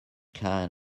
kind